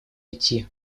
идти